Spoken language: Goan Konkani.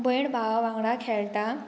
भयण भावा वांगडा खेळटा